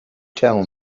tell